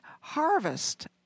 harvest